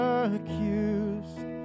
accused